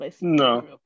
no